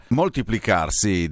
moltiplicarsi